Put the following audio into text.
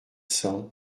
cents